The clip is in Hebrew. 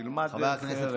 תלמד דרך ארץ.